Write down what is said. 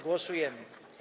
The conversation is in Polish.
Głosujemy.